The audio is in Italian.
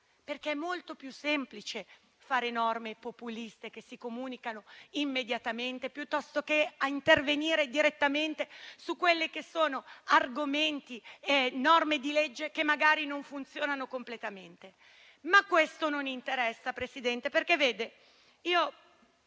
perché è molto più semplice fare norme populiste, che si comunicano immediatamente, piuttosto che intervenire direttamente su argomenti e norme di legge che magari non funzionano completamente. Questo però non interessa, signor Presidente.